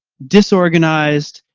disorganized,